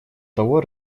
того